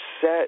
set